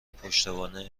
پشتوانه